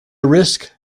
risk